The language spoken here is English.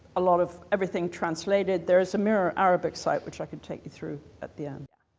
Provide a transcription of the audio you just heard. a lot of everything translated there is a mirror arabic site which i could take you through at the end. yeah